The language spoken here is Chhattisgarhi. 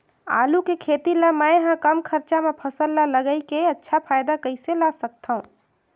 आलू के खेती ला मै ह कम खरचा मा फसल ला लगई के अच्छा फायदा कइसे ला सकथव?